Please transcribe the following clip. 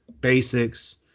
basics